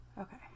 Okay